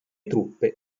truppe